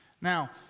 now